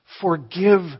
Forgive